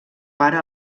pare